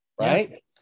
right